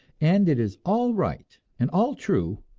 and it is all right and all true,